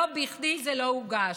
לא בכדי זה לא הוגש.